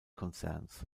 konzerns